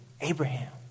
Abraham